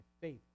faith